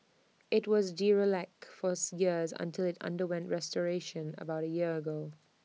IT was derelict fourth years until IT underwent restoration about A year ago